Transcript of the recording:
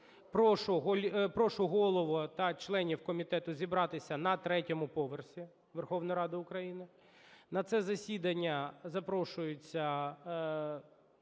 Прошу голову та членів комітету зібратися на третьому поверсі Верховної Ради України. На це засідання запрошуються